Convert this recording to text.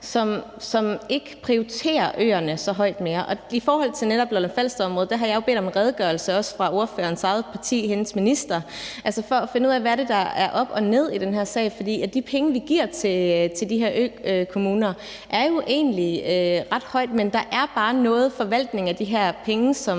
som ikke prioriterer øerne så højt mere. Og i forhold til netop Lolland-Falster-området har jeg bedt om en redegørelse fra ordførerens minister for at finde ud af, hvad der er op og ned i den her sag. For de penge, vi giver til de her økommuner, er jo egentlig et ret højt beløb, men der er bare noget forvaltning af de her penge, som